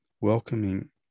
welcoming